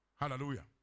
Hallelujah